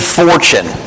fortune